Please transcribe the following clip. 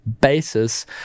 basis